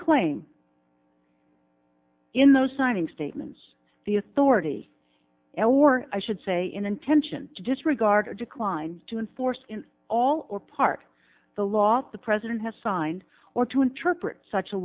claim in those signing statements the authority l or i should say in intention to disregard or decline to enforce all or part the law the president has signed or to interpret such a